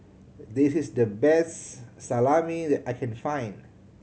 this is the best Salami that I can find